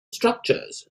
structures